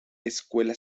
escuela